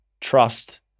trust